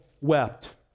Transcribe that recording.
wept